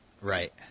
Right